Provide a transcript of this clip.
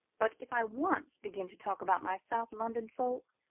but if i once begin to talk about my south london folk,